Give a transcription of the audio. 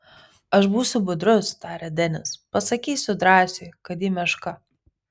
aš būsiu budrus tarė denis pasakysiu drąsiui kad ji meška